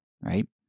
Right